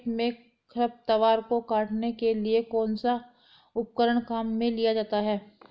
खेत में खरपतवार को काटने के लिए कौनसा उपकरण काम में लिया जाता है?